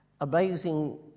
amazing